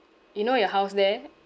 you know your house there